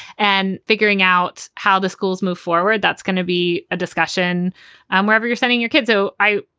and figuring out how the schools move forward. that's going to be a discussion and wherever you're sending your kids. so i.